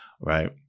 right